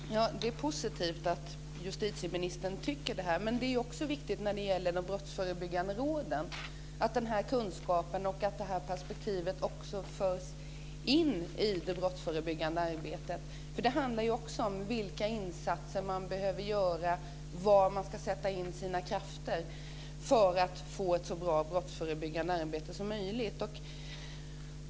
Fru talman! Det är positivt att justitieministern tycker det. Men det är också viktigt att den här kunskapen och könsperspektivet förs in i det brottsförebyggande arbetet i de brottsförebyggande råden. Det handlar nämligen också om vilka insatser som man behöver göra och om var man ska sätta in sina krafter för att få ett så bra brottsförebyggande arbete som möjligt.